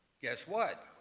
guess what?